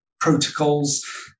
Protocols